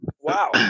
Wow